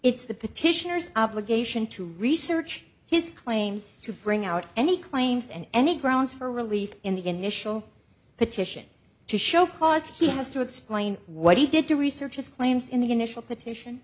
it's the petitioners obligation to research his claims to bring out any claims and any grounds for relief in the initial petition to show cause he has to explain what he did to research his claims in the conditional petition